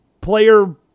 player